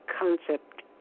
concept